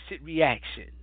reaction